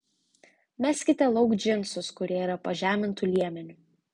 meskite lauk džinsus kurie yra pažemintu liemeniu